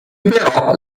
però